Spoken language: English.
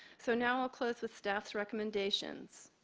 so now, i'll close with staff's recommendations.